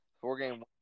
four-game